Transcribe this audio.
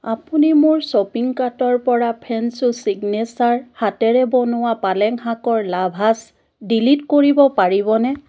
আপুনি মোৰ শ্ব'পিং কাৰ্টৰ পৰা ফেনছো চিগনেচাৰ হাতেৰে বনোৱা পালেং শাকৰ লাভাছ ডিলিট কৰিব পাৰিবনে